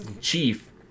chief